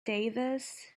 davis